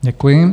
Děkuji.